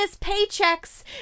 paychecks